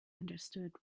understood